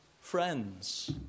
friends